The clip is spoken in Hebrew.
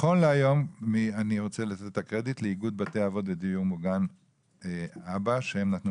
אני רוצה לתת את הקרדיט לדיור מוגן ׳אבא׳ שנתנו